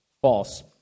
false